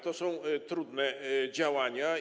To są trudne działania.